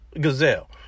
gazelle